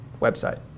website